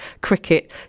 cricket